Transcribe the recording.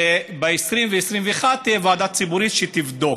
וב-2020 ו-2021 תהיה ועדה ציבורית שתבדוק.